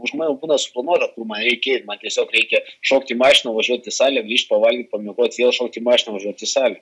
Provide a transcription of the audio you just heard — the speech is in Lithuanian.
už mane jau būna suplanuota kur man reikia eit man tiesiog reikia šokt į mašiną važiuot į salę grįžt pavalgyt pamiegot vėl šokt į mašiną važiuot į salę